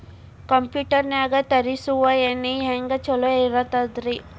Computer ನಾಗ ತರುಸುವ ಎಣ್ಣಿ ಹೆಂಗ್ ಚೊಕ್ಕ ಇರತ್ತ ರಿ?